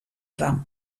tram